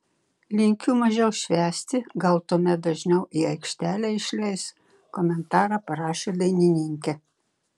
linkiu mažiau švęsti gal tuomet dažniau į aikštelę išleis komentarą parašė dainininkė